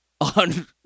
on